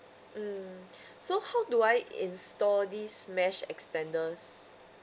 mm so how do I install this mesh extenders